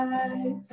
Bye